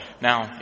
Now